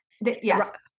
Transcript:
yes